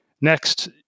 Next